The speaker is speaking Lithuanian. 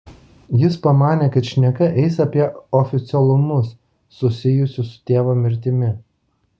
jis pamanė kad šneka eis apie oficialumus susijusius su tėvo mirtimi